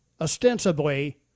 Ostensibly